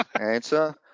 answer